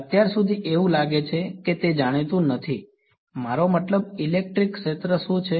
અત્યાર સુધી એવું લાગે છે કે તે જાણીતું નથી મારો મતલબ ઇલેક્ટ્રિક ક્ષેત્ર શું છે